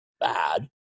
bad